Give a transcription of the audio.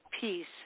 peace